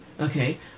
okay